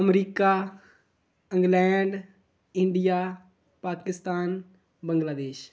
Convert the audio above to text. America England India Pakistan Bangladesh